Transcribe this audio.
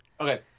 Okay